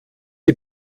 die